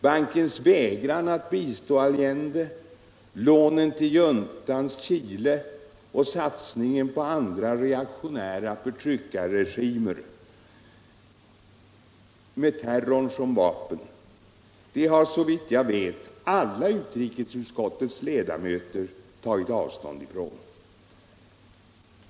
Bankens vägran att bistå Allende, lånen till juntans Chile och satsningen på andra reaktionära förtryckarregimer som har terrorn som vapen har såvill jag vet alla utrikesutskotuets ledamöter tagit avstånd från.